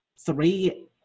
three